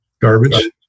Garbage